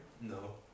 No